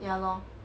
ya lor